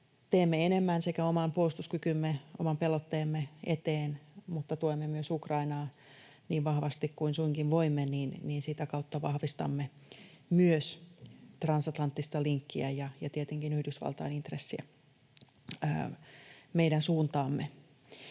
teemme enemmän sekä oman puolustuskykymme, oman pelotteemme eteen että tuemme myös Ukrainaa niin vahvasti kuin suinkin voimme, vahvistamme myös transatlanttista linkkiä ja tietenkin Yhdysvaltain intressiä meidän suuntaamme.